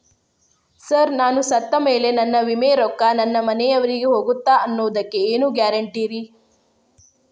Sir ನಾನು ಸತ್ತಮೇಲೆ ನನ್ನ ವಿಮೆ ರೊಕ್ಕಾ ನನ್ನ ಮನೆಯವರಿಗಿ ಹೋಗುತ್ತಾ ಅನ್ನೊದಕ್ಕೆ ಏನ್ ಗ್ಯಾರಂಟಿ ರೇ?